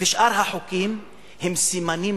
ושאר החוקים הם סימנים